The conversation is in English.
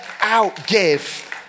outgive